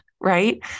right